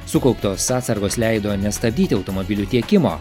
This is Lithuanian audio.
sukauptos atsargos leido nestabdyti automobilių tiekimo